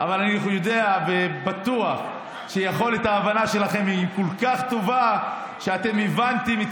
אבל אני יודע ובטוח שיכולת ההבנה שלכם היא כל כך טובה שאתם הבנתם.